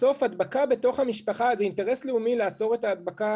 בסוף זה אינטרס לאומי לעצור את ההדבקה